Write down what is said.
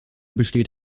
besteht